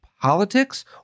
politics